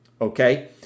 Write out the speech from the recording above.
okay